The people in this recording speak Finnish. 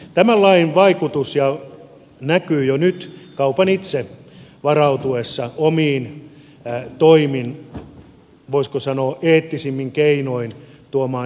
tämän lain vaikutus näkyy jo kaupan itse varautuessa omin toimin voisiko sanoa eettisimmin keinoin tuomaan itseään esille